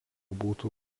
būtų